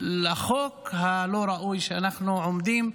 לחוק הלא-ראוי שאנחנו דנים בו,